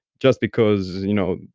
just because, you know,